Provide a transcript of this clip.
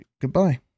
Goodbye